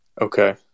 Okay